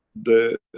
the,